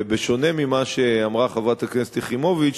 ובשונה ממה שאמרה חברת הכנסת יחימוביץ,